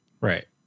Right